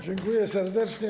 Dziękuję serdecznie.